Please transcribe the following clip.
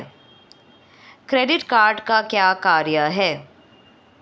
Credit card का क्या कार्य है?